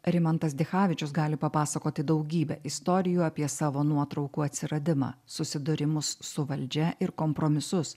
rimantas dichavičius gali papasakoti daugybę istorijų apie savo nuotraukų atsiradimą susidūrimus su valdžia ir kompromisus